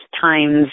times